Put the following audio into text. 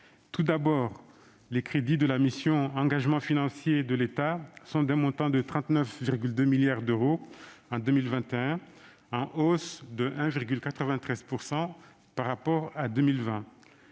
Tout d'abord, les crédits de la mission « Engagements financiers de l'État » sont d'un montant de 39,2 milliards d'euros en 2021, en hausse de 1,93 % par rapport à 2020.